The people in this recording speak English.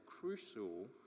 crucial